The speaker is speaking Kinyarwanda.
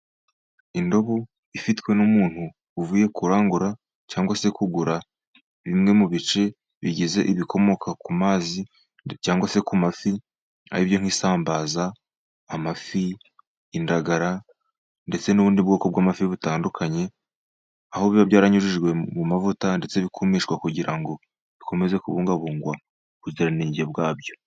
Indobo ifitwe n'umuntu uvuye kurangura cyangwa se kugura bimwe mu bice bigize ibikomoka ku mazi, cyangwa se ku mafi, ari byo nk'isambaza, amafi, indagara ndetse n'ubundi bwoko bw'amafi butandukanye, aho biba byaranyujijwe mu mavuta ndetse bikumishwa, kugira ngo bikomeze kubungabungwa ubuziranenge bwa byo.